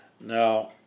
Now